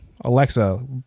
Alexa